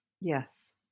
yes